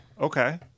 Okay